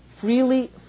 freely